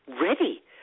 ready